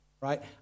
right